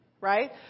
Right